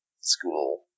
school